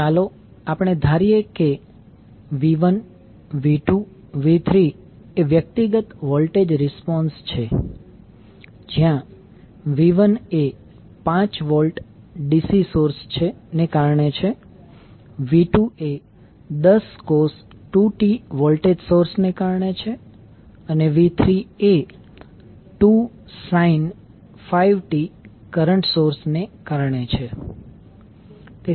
તો ચાલો આપણે ધારીએ કે v1 v2 v3 એ વ્યક્તિગત વોલ્ટેજ રિસ્પોન્સ છે જ્યાં v1એ 5V DC સોર્સ ને કારણે છે v2એ 10 cos 2t વોલ્ટેજ સોર્સ ને કારણે છે અને v3 એ 2 sin 5t કરંટ સોર્સ ને કારણે છે